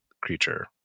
creature